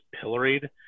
pilloried